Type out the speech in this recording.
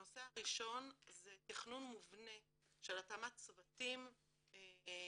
הנושא הראשון הוא תכנון מובנה של התאמת צוותים מונגשים